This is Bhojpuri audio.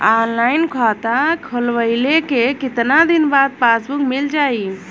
ऑनलाइन खाता खोलवईले के कितना दिन बाद पासबुक मील जाई?